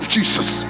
Jesus